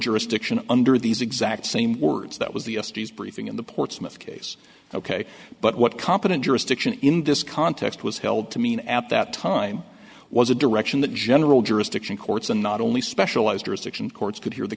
jurisdiction under these exact same words that was the yesterday's briefing in the portsmouth case ok but what competent jurisdiction in this context was held to mean at that time was a direction that general jurisdiction courts and not only specialized section courts could hear the